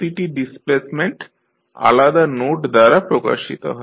প্রতিটি ডিসপ্লেসমেন্ট আলাদা নোড দ্বারা প্রকাশিত হয়